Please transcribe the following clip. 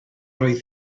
oedd